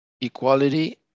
equality